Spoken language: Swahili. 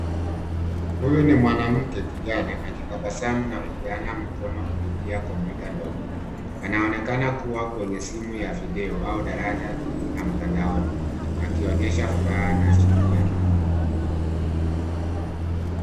Huyu ni mwanamke kijana akitabasamu na kupeana mkono kupitia kompyuta ndogo, anaonekana kuwa kwenye simu ya video au daraja ya mtandaoni akionyesha furaha na shirikiano.